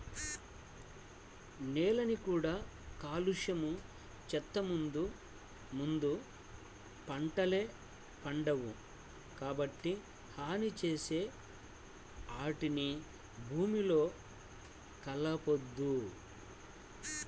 నేలని కూడా కాలుష్యం చేత్తే ముందు ముందు పంటలే పండవు, కాబట్టి హాని చేసే ఆటిని భూమిలో కలపొద్దు